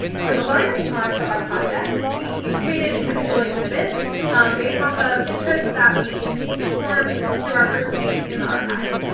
for the largest part of our projects. we each created individually exhibits based off of interests that we formed through our first week in the archives.